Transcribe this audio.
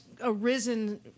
arisen